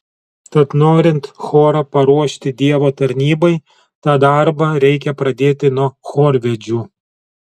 tad norint chorą paruošti dievo tarnybai tą darbą reikia pradėti nuo chorvedžių